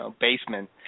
basement